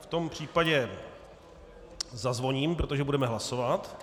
V tom případě zazvoním, protože budeme hlasovat.